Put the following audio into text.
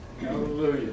hallelujah